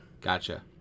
Gotcha